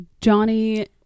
johnny